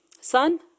Son